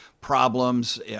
problems